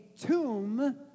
tomb